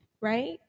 right